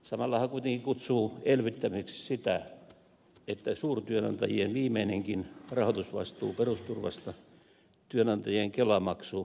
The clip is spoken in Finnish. samalla hän kuitenkin kutsuu elvyttämiseksi sitä että suurtyönantajien viimeinenkin rahoitusvastuu perusturvasta työantajien kelamaksu poistetaan